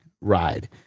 ride